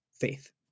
faith